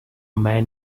man